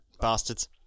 Bastards